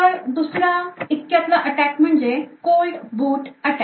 तर दुसरा इतक्यातला अटॅक म्हणजे cold boot attack